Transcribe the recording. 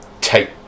take